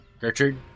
Gertrude